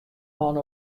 man